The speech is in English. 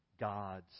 God's